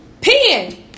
peeing